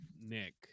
Nick